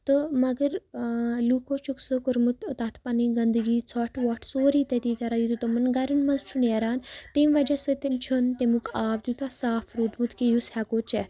تہٕ مَگر لوکو چھُکھ سُہ کوٚرمُت تَتھ پَنٕنۍ گندگی ژوٚٹھ وۄٹھ سورٕے تٔتی کران یوٗتاہ تِمن گرن منٛز چھُ نیران تَمہِ وجہہ سۭتۍ چھُ نہٕ تَمیُک آب تیٚوٗتاہ صاف روٗدمُت کہِ یُس ہیٚکو چیٚتھ